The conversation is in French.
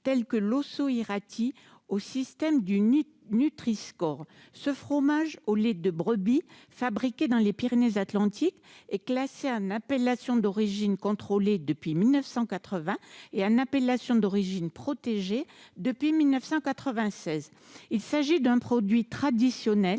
telles que l'Ossau-Iraty au système du Nutri-score. Ce fromage au lait de brebis, fabriqué dans les Pyrénées-Atlantiques, est classé en appellation d'origine contrôlée (AOC) depuis 1980 et en appellation d'origine protégée (AOP) depuis 1996. Il s'agit d'un produit traditionnel,